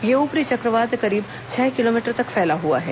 यह ऊपरी चक्रवात करीब छह किलोमीटर तक फैला हुआ है